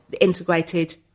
integrated